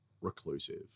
reclusive